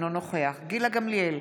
אינו נוכח גילה גמליאל,